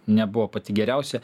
nebuvo pati geriausia